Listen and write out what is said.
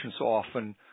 often